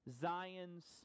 Zion's